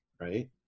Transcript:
right